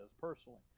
personally